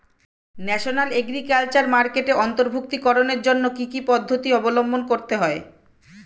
National agriculture মার্কেটে অন্তর্ভুক্তিকরণের জন্য কি কি পদ্ধতি অবলম্বন করতে হয়?